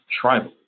tribal